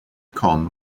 com